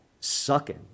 sucking